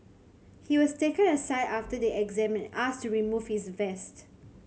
he was taken aside after the exam asked to remove his vest